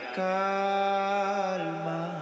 calma